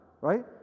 right